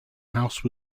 house